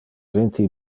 vinti